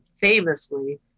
famously